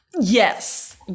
Yes